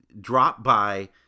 drop-by